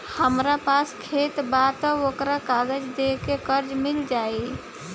हमरा पास खेत बा त ओकर कागज दे के कर्जा मिल जाई?